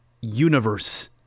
universe